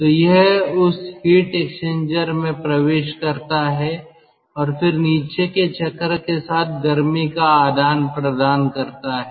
तो यह उस हीट एक्सचेंजर में प्रवेश करता है और फिर नीचे के चक्र के साथ गर्मी का आदान प्रदान करता है